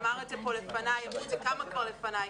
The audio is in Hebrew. אמרו את זה כמה כבר לפניי,